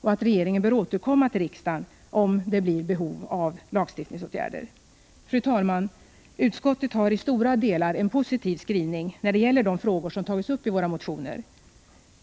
och regeringen bör återkomma till riksdagen om det blir behov av lagstiftningsåtgärder. Fru talman! Utskottet har i stora delar en positiv skrivning när det gäller de frågor som tagits upp i våra motioner.